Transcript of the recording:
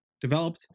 developed